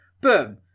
boom